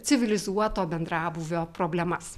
civilizuoto bendrabūvio problemas